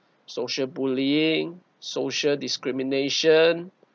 social bullying social discrimination